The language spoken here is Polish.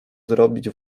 zrobić